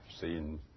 seen